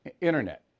Internet